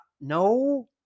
No